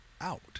out